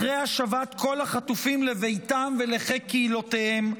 אחרי השבת כל החטופים לביתם ולחיק קהילותיהם.